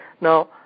Now